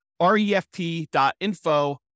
refp.info